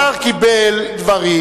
השר קיבל דברים,